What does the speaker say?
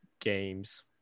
games